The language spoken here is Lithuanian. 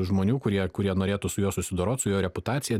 žmonių kurie kurie norėtų su juo susidorot su jo reputacija